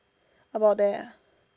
about there ah